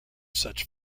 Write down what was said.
such